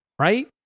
Right